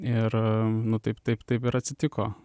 ir nu taip taip taip ir atsitiko